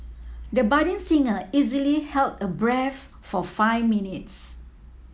the budding singer easily held a breath for five minutes